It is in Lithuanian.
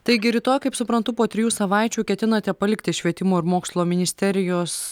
taigi rytoj kaip suprantu po trijų savaičių ketinate palikti švietimo ir mokslo ministerijos